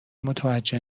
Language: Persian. متوجه